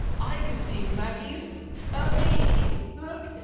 i can see maggie's tummy. look!